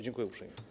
Dziękuję uprzejmie.